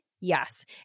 Yes